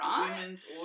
women's